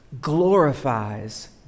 glorifies